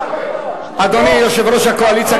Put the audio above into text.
אדוני יושב-ראש הקואליציה,